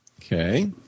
Okay